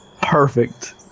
Perfect